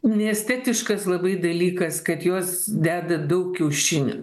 neestetiškas labai dalykas kad jos deda daug kiaušinių